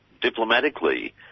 diplomatically